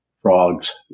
Frogs